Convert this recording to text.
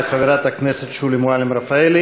תודה רבה לחברת הכנסת שולי מועלם-רפאלי.